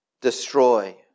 destroy